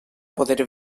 poder